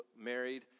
married